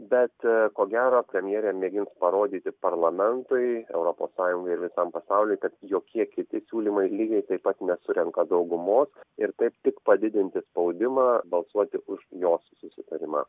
bet ko gero premjerė mėgins parodyti parlamentui europos sąjungai visam pasauliui kad jokie kiti siūlymai lygiai taip pat nesurenka daugumos ir taip tik padidinti spaudimą balsuoti už jos susitarimą